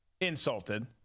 insulted